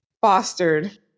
fostered